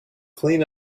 clean